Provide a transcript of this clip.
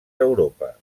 d’europa